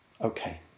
Okay